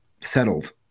settled